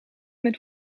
met